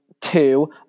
two